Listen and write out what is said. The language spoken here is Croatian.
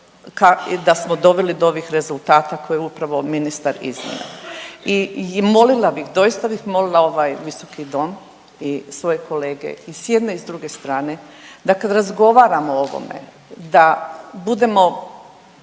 da smo doveli do ovih rezultata koje je upravo ministar iznio i molila bih, doista bih molila ovaj visoki dom i svoje kolege i s jedne i s druge strane da kad razgovaramo o ovome da budemo